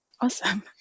Awesome